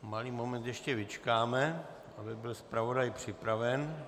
Malý moment ještě vyčkáme, aby byl zpravodaj připraven.